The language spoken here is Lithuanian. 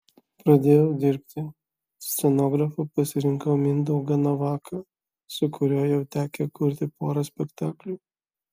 pradėjau dirbti scenografu pasirinkau mindaugą navaką su kuriuo jau tekę kurti porą spektaklių